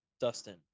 Dustin